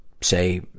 say